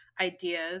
ideas